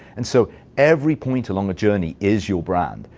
and so every point along a journey is your brand.